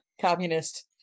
communist